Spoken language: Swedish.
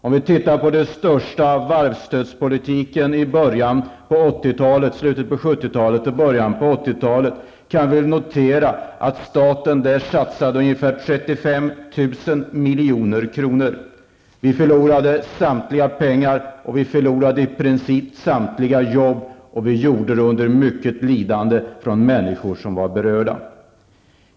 Om vi ser på det största stödet, stödet till varvsindustrin, i slutet av 70-talet och i början av 80-talet, kan vi notera att staten då satsade ungefär 35 000 milj.kr. Vi förlorade samtliga pengar, och vi förlorade i princip samtliga jobb, och vi gjorde det under mycket lidande för de människor som var berörda.